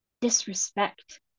Disrespect